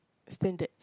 explain that